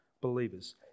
believers